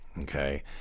Okay